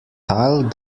teil